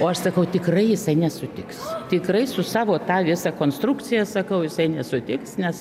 o aš sakau tikrai jisai nesutiks tikrai su savo ta visa konstrukcija sakau jisai nesutiks nes